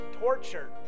tortured